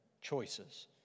choices